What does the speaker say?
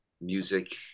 Music